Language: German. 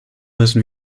müssen